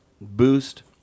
boost